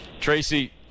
Tracy